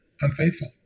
unfaithful